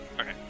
Okay